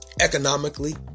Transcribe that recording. economically